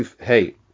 Hey